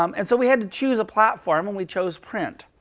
um and so we had to choose a platform, and we chose print.